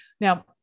now